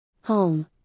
Home